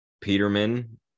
Peterman